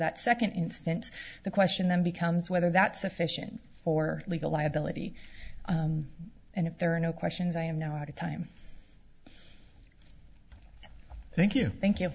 that second instant the question then becomes whether that's sufficient for legal liability and if there are no questions i am now at a time thank you thank